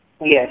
Yes